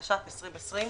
התש"ף-2020,